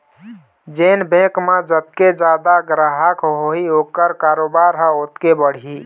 जेन बेंक म जतके जादा गराहक होही ओखर कारोबार ह ओतके बढ़ही